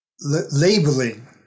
labeling